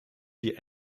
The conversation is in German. die